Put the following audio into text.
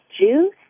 juice